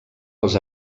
als